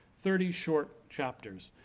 thirty short chapters,